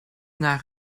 naar